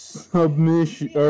submission